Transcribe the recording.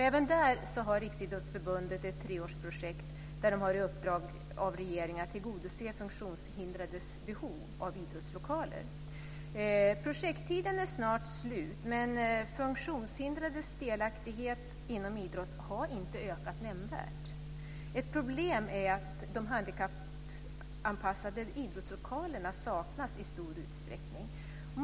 Även där har Riksidrottsförbundet ett treårsprojekt. Man har i uppdrag av regeringen att tillgodose funktionshindrades behov av idrottslokaler. Projekttiden är snart slut, men funktionshindrades delaktighet inom idrotten har inte ökat nämnvärt. Ett problem är att handikappanpassade idrottslokaler i stor utsträckning saknas.